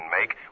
make